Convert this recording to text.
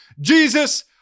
Jesus